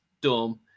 dumb